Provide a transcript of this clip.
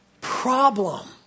problem